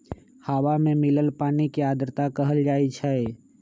हवा में मिलल पानी के आर्द्रता कहल जाई छई